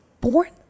born